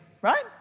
right